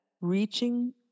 reaching